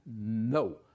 No